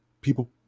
people